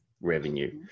revenue